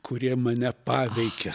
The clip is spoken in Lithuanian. kurie mane paveikė